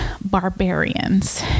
barbarians